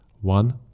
one